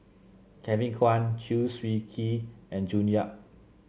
Kevin Kwan Chew Swee Kee and June Yap